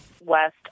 West